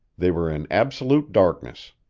they were in absolute darkness.